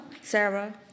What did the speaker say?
Sarah